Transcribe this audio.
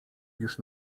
już